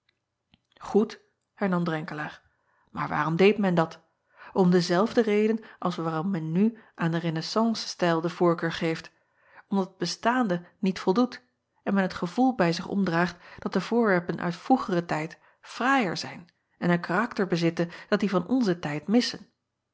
oed hernam renkelaer maar waarom deed men dat om dezelfde reden als waarom men nu aan den renaissance-stijl de voorkeur geeft omdat het bestaande niet voldoet en men het gevoel bij zich omdraagt dat de voorwerpen uit vroegeren tijd fraaier zijn en een karakter bezitten dat die van onzen tijd missen